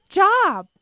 job